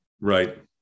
Right